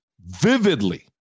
vividly